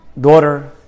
daughter